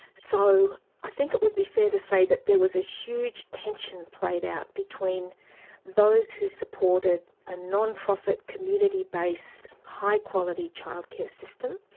so i think it would be fair to say that there was a huge tension played out between those who supported a non-profit, community-based high-quality childcare system,